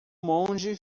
monge